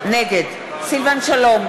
נגד סילבן שלום,